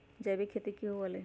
जैविक खेती की हुआ लाई?